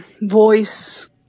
voice